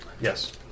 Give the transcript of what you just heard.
Yes